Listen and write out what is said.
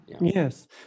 yes